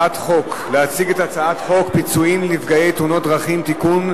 את הצעת חוק פיצויים לנפגעי תאונות דרכים (תיקון,